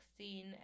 16